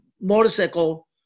motorcycle